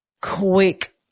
quick